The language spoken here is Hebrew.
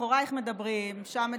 מאחורייך מדברים, שם מדברים.